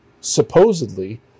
supposedly